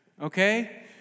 Okay